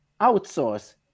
outsource